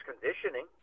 conditioning